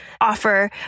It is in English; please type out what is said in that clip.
offer